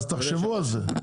אז תחשבו על זה.